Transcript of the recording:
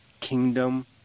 kingdom